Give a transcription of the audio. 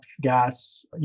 gas